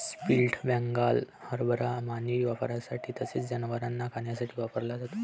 split Bengal हरभरा मानवी वापरासाठी तसेच जनावरांना खाण्यासाठी वापरला जातो